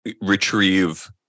retrieve